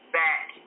back